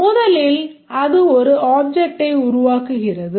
முதலில் அது ஒரு objectடை உருவாக்குகிறது